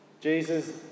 Jesus